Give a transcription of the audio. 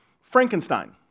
Frankenstein